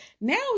now